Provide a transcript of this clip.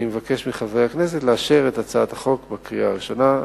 אני מבקש מחברי הכנסת לאשר את הצעת החוק בקריאה הראשונה.